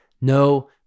no